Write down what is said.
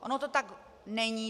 Ono to tak není.